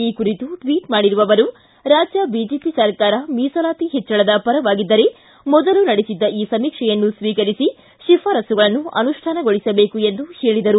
ಈ ಕುರಿತು ಟ್ವಿಚ್ ಮಾಡಿರುವ ಅವರು ರಾಜ್ಯ ಬಿಜೆಪಿ ಸರ್ಕಾರ ಮೀಸಲಾತಿ ಹೆಚ್ಚಳದ ಪರವಾಗಿದ್ದರೆ ಮೊದಲು ನಡೆಸಿದ್ದ ಈ ಸಮೀಕ್ಷೆಯನ್ನು ಸ್ವೀಕರಿಸಿ ಶಿಫಾರಸುಗಳನ್ನು ಅನುಷ್ಠಾನಗೊಳಿಸಬೇಕು ಎಂದು ಹೇಳಿದ್ದಾರೆ